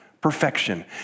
perfection